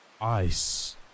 Ice